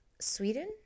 Sweden